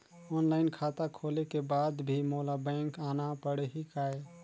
Online खाता खोले के बाद भी मोला बैंक आना पड़ही काय?